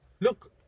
look